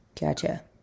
gotcha